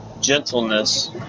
gentleness